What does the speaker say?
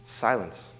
Silence